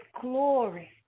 glory